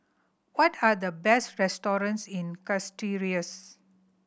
what are the best restaurants in Castries